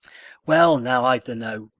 well now, i dunno,